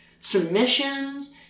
submissions